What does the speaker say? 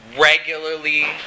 Regularly